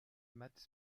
maths